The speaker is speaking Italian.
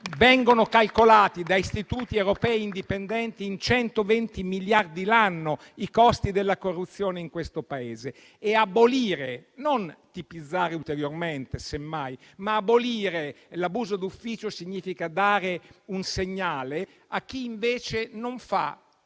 Vengono calcolati da istituti europei indipendenti in 120 miliardi l'anno i costi della corruzione in questo Paese e abolire - non tipizzare ulteriormente, semmai - l'abuso d'ufficio significa dare un segnale a chi invece non fa